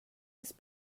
his